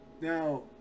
Now